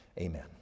amen